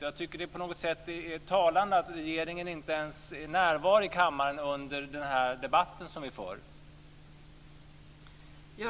Jag tycker att det är talande att regeringen inte ens är representerad i kammaren under den debatt som vi nu för.